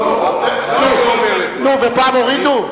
לא, נו, ופעם הורידו?